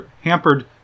hampered